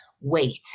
wait